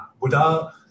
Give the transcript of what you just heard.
Buddha